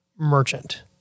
merchant